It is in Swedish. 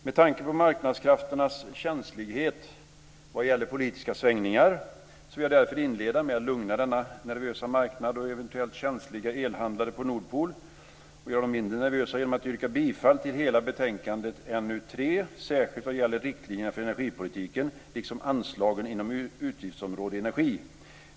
Med tanke på marknadskrafternas känslighet vad gäller politiska svängningar vill jag därför inleda med att lugna denna nervösa marknad och eventuellt känsliga elhandlare på Nordpol och göra dem mindre nervösa genom att yrka bifall till hemställan i NU3, särskilt vad gäller riktlinjerna för energipolitiken liksom anslagen inom utgiftsområdet energi.